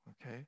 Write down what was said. okay